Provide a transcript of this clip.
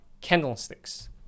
candlesticks